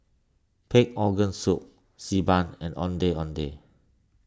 Pig Organ Soup Xi Ban and Ondeh Ondeh